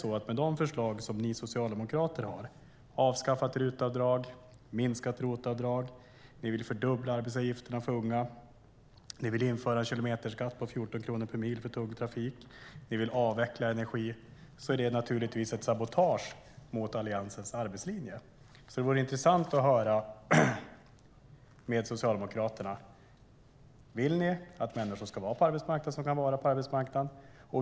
De förslag som ni socialdemokrater har - avskaffat RUT-avdrag, minskat ROT-avdrag, en fördubbling av arbetsgivaravgifterna för unga, införande av kilometerskatt med 14 kronor per mil för tung trafik, avveckling av energi - är naturligtvis ett sabotage mot Alliansens arbetslinje. Det vore intressant att höra från Socialdemokraterna: Vill ni att människor som kan ska vara på arbetsmarknaden?